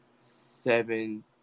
seven